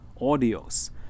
audios